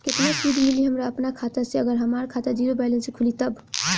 केतना सूद मिली हमरा अपना खाता से अगर हमार खाता ज़ीरो बैलेंस से खुली तब?